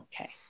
okay